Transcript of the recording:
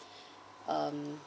um